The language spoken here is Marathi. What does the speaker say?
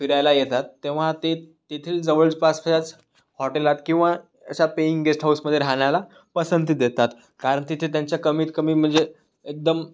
फिरायला येतात तेव्हा ते तेथील जवळपासच्याच हॉटेलात किंवा अशा पेईंग गेस्टहाऊसमध्ये राहण्याला पसंती देतात कारण तिथे त्यांच्या कमीत कमी म्हणजे एकदम